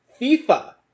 FIFA